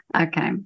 Okay